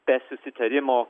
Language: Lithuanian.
be susitarimo